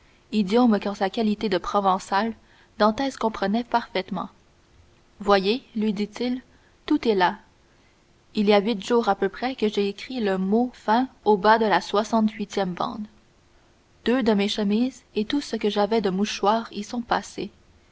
idiome qu'en sa qualité de provençal dantès comprenait parfaitement voyez lui dit-il tout est là il y a huit jours à peu près que j'ai écrit le mot fin au bas de la soixante huitième bande deux de mes chemises et tout ce que j'avais de mouchoirs y sont passé